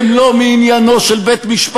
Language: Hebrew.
הם לא מעניינו של בית-משפט,